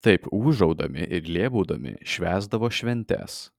taip ūžaudami ir lėbaudami švęsdavo šventes